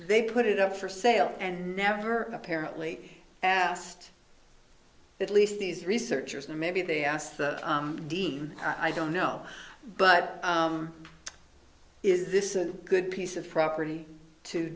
they put it up for sale and never apparently asked at least these researchers and maybe they asked the dean i don't know but is this a good piece of property to